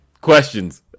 questions